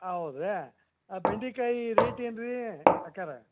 ಹೌದಾ ಬೆಂಡೆಕಾಯಿ ರೇಟ್ ಏನು ರೀ ಅಕ್ಕಾರೆ